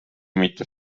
mitte